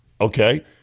Okay